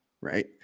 right